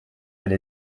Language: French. elle